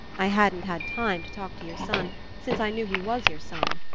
i haven't had time to talk to your son since i knew he was your son,